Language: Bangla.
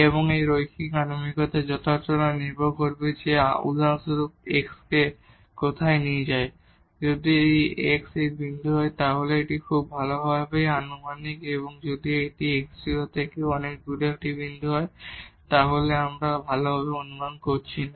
এবং এই রৈখিক আনুমানিকতার যথার্থতা নির্ভর করবে যে আমরা উদাহরণস্বরূপ x কে কোথায় নিয়ে যাই যদি x এই বিন্দু হয় তাহলে এটি খুব ভালভাবে আনুমানিক এবং যদি এটি এই x 0 থেকে অনেক দূরে একটি বিন্দু হয় তাহলে আমরা ভালভাবে অনুমান করছি না